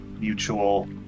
mutual